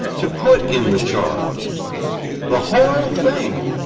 to put in the charge the whole thing,